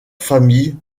famille